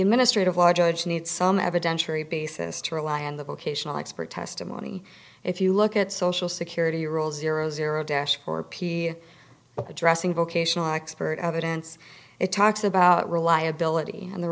administrative law judge needs some evidentiary basis to rely on the vocational expert testimony if you look at social security year old zero zero dash for p addressing vocational expert evidence it talks about reliability and the